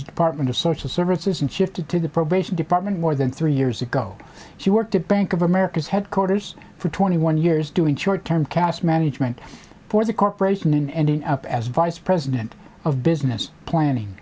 department of social services and shifted to the probation department more than three years ago she worked at bank of america's headquarters for twenty one years doing short term cast management for the corporation and ending up as vice president of business planning